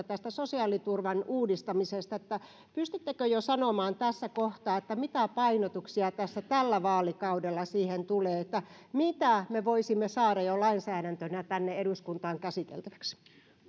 tästä sosiaaliturvan uudistamisesta pystyttekö jo sanomaan tässä kohtaa mitä painotuksia tällä vaalikaudella siihen tulee mitä me voisimme saada jo lainsäädäntönä tänne eduskuntaan käsiteltäväksi